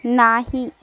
नाही